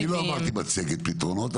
אני לא אמרתי מצגת פתרונות,